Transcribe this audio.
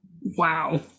Wow